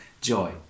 joy